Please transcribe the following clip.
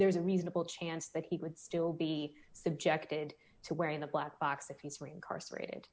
there's a reasonable chance that he would still be subjected to wearing a black box if he's for incarcerated